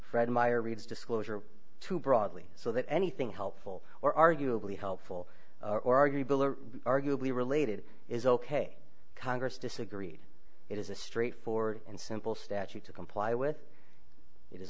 fred meyer reads disclosure too broadly so that anything helpful or arguably helpful or arguable or arguably related is ok congress disagreed it is a straightforward and simple statute to comply with i